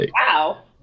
Wow